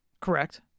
Correct